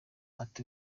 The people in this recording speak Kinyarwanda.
ati